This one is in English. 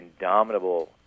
indomitable